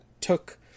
took